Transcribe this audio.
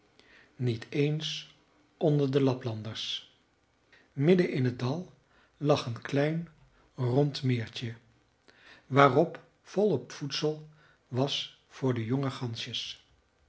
niet eens onder de laplanders midden in t dal lag een klein rond meertje waarop volop voedsel was voor de jonge gansjes